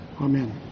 Amen